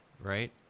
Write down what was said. right